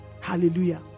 Hallelujah